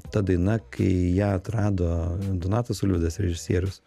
ta daina kai ją atrado donatas ulvydas režisierius